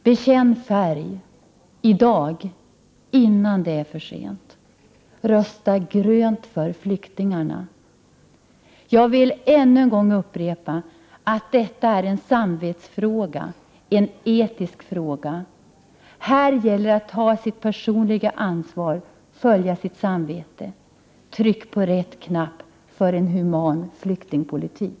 Bekänn färg i dag, innan det är för sent, rösta grönt för flyktingarna! Jag vill än en gång upprepa att detta är en samvetsfråga, en etisk fråga. Här gäller det att ta sitt personliga ansvar och följa sitt samvete. Tryck på rätt knapp för en human flyktingpolitik.